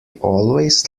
always